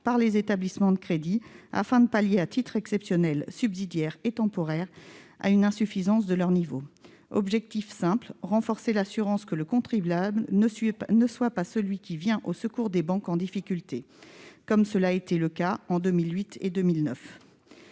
par les établissements de crédit, afin de pallier, à titre exceptionnel, subsidiaire et temporaire, une éventuelle insuffisance des ressources du FRU. L'objectif est simple : faire en sorte que le contribuable ne soit pas celui qui vient au secours des banques en difficulté, comme ce fut le cas en 2008 et 2009.